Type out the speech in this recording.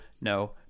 no